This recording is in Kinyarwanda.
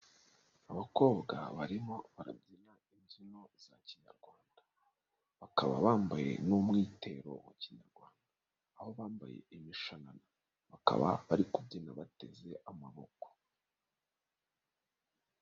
Abakobwa barimo barabyina imbyino za kinyarwand, bakaba bambaye n'umwitero wa kinyarwanda, aho bambaye imishanana bakaba bari kubyina bateze amaboko.